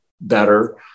better